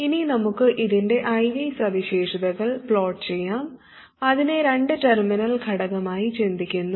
ഇനി നമുക്ക് ഇതിൻറെ I V സവിശേഷതകൾ പ്ലോട്ട് ചെയ്യാം അതിനെ രണ്ട് ടെർമിനൽ ഘടകമായി ചിന്തിക്കുന്നു